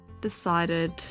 decided